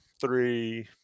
three